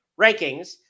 rankings